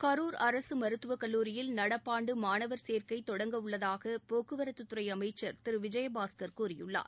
கரூர் அரசு மருத்துவக் கல்லூரியில் நடப்பாண்டு மாணவர் சேர்க்கை தொடங்கவுள்ளதாக போக்குவரத்துத் துறை அமைச்சர் திரு விஜயபாஸ்கர் கூறியுள்ளார்